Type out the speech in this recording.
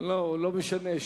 לא משנה.